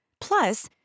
Plus